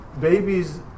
babies